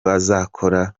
bazakora